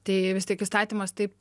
tai vis tik įstatymas taip